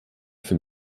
für